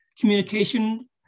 communication